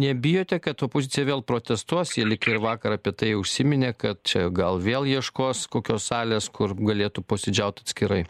nebijote kad opozicija vėl protestuos ji lyg ir vakar apie tai užsiminė kad čia gal vėl ieškos kokios salės kur galėtų posėdžiaut atskirai